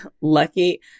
lucky